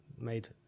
made